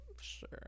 Sure